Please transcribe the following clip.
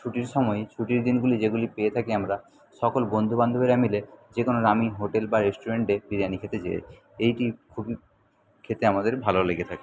ছুটির সময় ছুটির দিনগুলি যেগুলি পেয়ে থাকি আমরা সকল বন্ধু বান্ধবীরা মিলে যে কোনো নামী হোটেল বা রেস্টুরেন্টে বিরিয়ানি খেতে যাই এইটি খুবই খেতে আমাদের ভালো লেগে থাকে